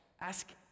Ask